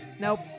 Nope